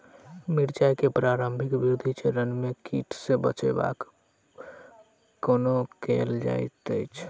मिर्चाय केँ प्रारंभिक वृद्धि चरण मे कीट सँ बचाब कोना कैल जाइत अछि?